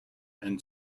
and